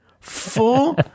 full